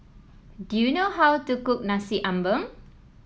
do you know how to cook Nasi Ambeng